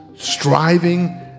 striving